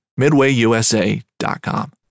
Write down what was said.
MidwayUSA.com